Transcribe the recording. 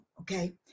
okay